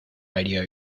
radio